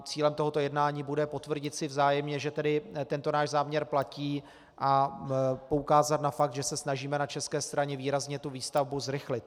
Cílem tohoto jednání bude potvrdit si vzájemně, že tento náš záměr platí, a poukázat na fakt, že se snažíme na české straně výrazně výstavbu zrychlit.